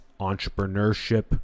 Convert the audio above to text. entrepreneurship